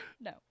No